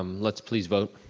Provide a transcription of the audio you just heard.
um let's please vote.